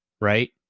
Right